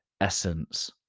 essence